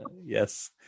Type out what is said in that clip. Yes